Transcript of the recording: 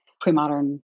pre-modern